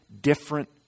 different